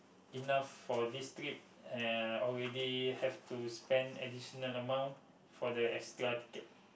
enough for this trip and already have to spend additional amount for the extra ticket